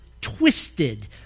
twisted